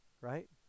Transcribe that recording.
Right